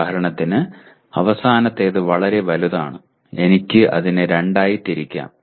ഉദാഹരണത്തിന് അവസാനത്തേത് വളരെ വലുതാണ് എനിക്ക് അതിനെ രണ്ടായി തിരിക്കാം